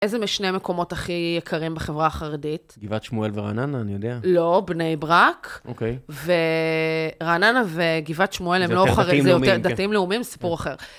איזה משני המקומות הכי יקרים בחברה החרדית? גבעת שמואל ורעננה, אני יודע. לא, בני ברק. אוקיי. ורעננה וגבעת שמואל, הם לא חרדים יותר, דתיים לאומיים, סיפור אחר.